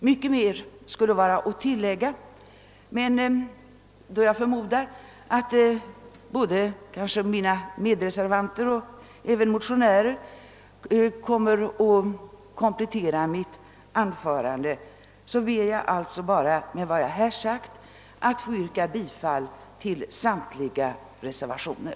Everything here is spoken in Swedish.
Mycket mer skulle vara att tillägga, men då jag förmodar att båda mina medreservanter och motionärerna kommer att komplettera mitt anförande, ber jag med vad jag nu sagt att få yrka bifall till samtliga reservationer.